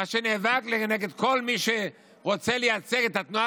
מי שנאבק נגד כל מי שרוצה לייצג את התנועה